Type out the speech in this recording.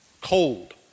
cold